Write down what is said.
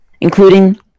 including